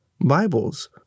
Bibles